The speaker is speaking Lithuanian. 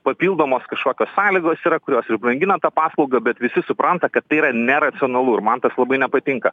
papildomos kažkokios sąlygos yra kurios ir brangina tą paslaugą bet visi supranta kad tai yra neracionalu ir man tas labai nepatinka